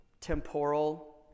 temporal